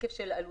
שקף של עלויות.